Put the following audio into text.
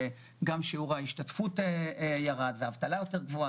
שבה שיעור ההשתתפות ירד וגם האבטלה יותר גבוהה,